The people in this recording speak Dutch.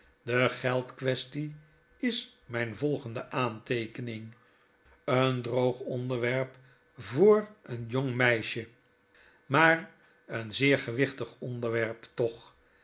de geldquaestie is myn volgende aanteekening een droog onderwerp voor een jong wfpi pwnpp wwww wwww vogelengekweel meisje maar een zeer gewichtig onderwerp toch